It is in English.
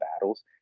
battles